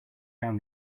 down